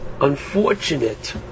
unfortunate